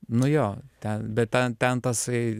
nu jo ten bet ten ten tasai